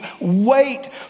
wait